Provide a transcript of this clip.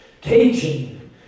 teaching